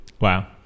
Wow